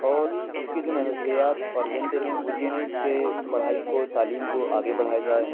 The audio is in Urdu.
اور اس کے جو نظریات اور ایجنڈے ہیں وہ یہ ہیں کہ پڑھائی کو تعلیم کو آگے بڑھایا جائے